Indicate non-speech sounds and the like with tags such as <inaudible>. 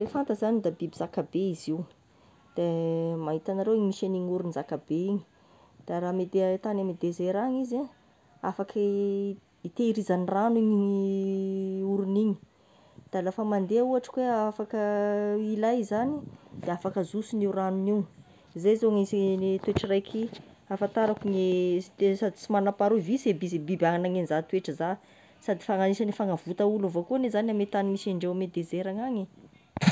Ny élephante zany da biby zakabe izy io, de mahitagnareo misy agn'iny orony zakabe igny, de raha miteha tany amin'ny dezera agny izy ein, afaky hitehirizany ragno <hesitation> igny orony igny, da rehefa mandeha ohatry ka oe afaka ilay zagny, de afaka azosony io ragnony io, zey zao agnisagn'ny toetry raiky hafantarako ne sady sy manam-paharoa visy e visy biby agnany an'iza toetra za sady fana- agnisagny fagnavota olo avy akoa anie zagny ame teny misy andreo amy dezera agnagny e.